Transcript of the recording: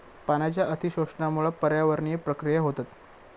पाण्याच्या अती शोषणामुळा पर्यावरणीय प्रक्रिया होतत